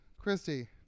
Christy